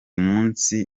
munsi